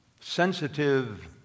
sensitive